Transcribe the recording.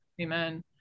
Amen